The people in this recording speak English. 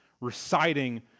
reciting